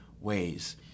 ways